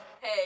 hey